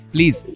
Please